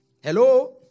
Hello